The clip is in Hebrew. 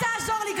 אל תעזור לי.